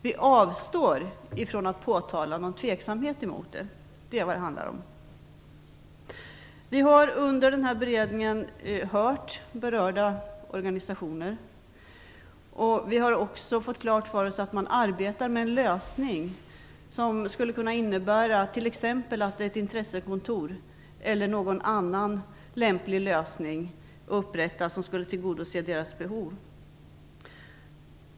Vi avstår från att påtala någon tveksamhet mot det. Det är vad det handlar om. Vi har under denna beredning hört berörda organisationer. Vi har också fått klart för oss att man arbetar med en lösning som skulle kunna innebära t.ex. att ett intressekontor eller någon annan lämplig lösning upprättas, som skulle tillgodose deras behov.